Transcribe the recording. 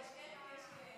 יש כאלה ויש כאלה.